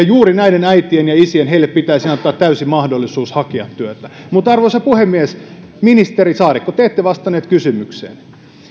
juuri näille äideille ja isille pitäisi antaa täysi mahdollisuus hakea työtä arvoisa puhemies ministeri saarikko te ette vastannut kysymykseen